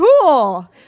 cool